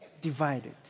divided